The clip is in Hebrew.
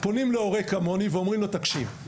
פונים להורה כמוני ואומרים לו תקשיב,